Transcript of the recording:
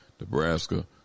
Nebraska